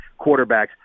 quarterbacks